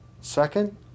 Second